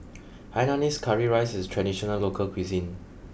Hainanese Curry Rice is traditional local cuisine